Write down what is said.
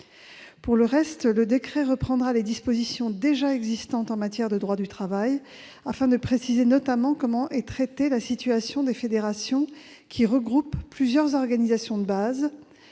Pour le reste, le décret reprendra les dispositions existantes en matière de droit du travail, afin de préciser notamment comment est traitée la situation des fédérations qui regroupent plusieurs organisations de base,